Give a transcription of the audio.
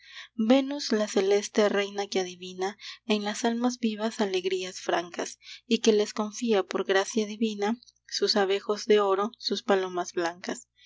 venus la celeste reina que adivina en las almas vivas alegrías francas y que les confía por gracia divina sus abejos de oro sus palomas blancas y